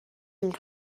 dem